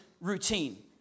routine